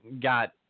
got